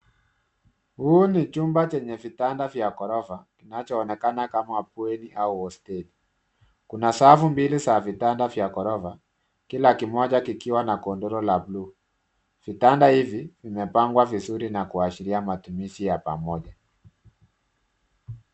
Huu ni chumba chenye vitanda vya ghorofa kinachoonekana kama bweni au hosteli. Kuna safu mbili za vitanda vya ghorofa kila kimoja kikiwa na godoro la buluu, vitanda hivi vimepagwa vizuri na kuashiria matumizi ya pamoja.